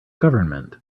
government